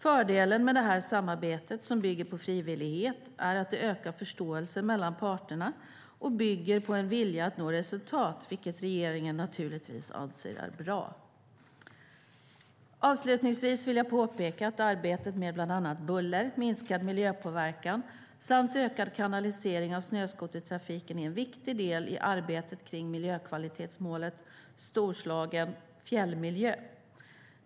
Fördelen med det här samarbetet som bygger på frivillighet är att det ökar förståelsen parterna emellan och bygger på en vilja att nå resultat, vilket regeringen naturligtvis anser är bra. Avslutningsvis vill jag påpeka att arbetet med bland annat buller, minskad miljöpåverkan samt ökad kanalisering av snöskotertrafiken är en viktig del i arbetet kring miljökvalitetmålet Storslagen fjällmiljö.